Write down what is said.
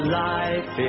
life